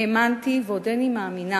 האמנתי ועודני מאמינה